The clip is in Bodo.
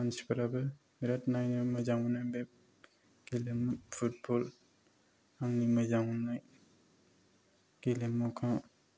मानसिफोराबो बिराद नायनो मोजां मोनो बे गेलेमु फुटबल आंनि मोजां मोननाय गेलेमुखौ